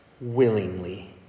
willingly